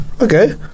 okay